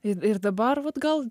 ir ir dabar vat gal